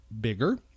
bigger